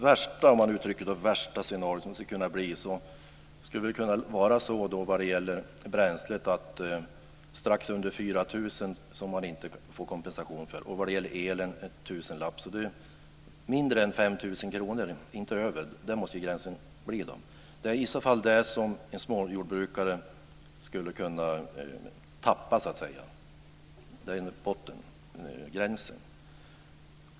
I det värsta scenariot som skulle kunna bli, skulle det vad gäller bränsle kunna vara strax under 4 000 kr som man inte får kompensation för. Vad gäller el skulle det kunna vara en tusenlapp, så vid mindre än 5 000 kr - inte över det - måste gränsen gå. Det är i så fall det som en småjordbrukare skulle kunna tappa. Det är bottengränsen.